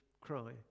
cry